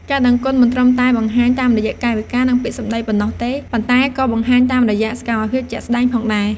ការដឹងគុណមិនត្រឹមតែបង្ហាញតាមរយៈកាយវិការ និងពាក្យសម្ដីប៉ុណ្ណោះទេ ប៉ុន្តែក៏បង្ហាញតាមរយៈ សកម្មភាពជាក់ស្ដែង ផងដែរ។